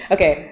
Okay